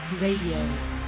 Radio